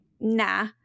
nah